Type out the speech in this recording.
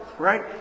right